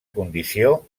condició